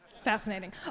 Fascinating